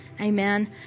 amen